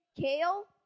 kale